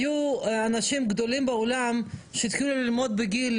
היו אנשים גדולים בעולם שהתחילו ללמוד בגיל